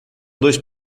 dois